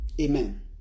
Amen